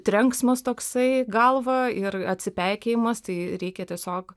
trenksmas toksai galva ir atsipeikėjimas tai reikia tiesiog